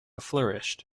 flourished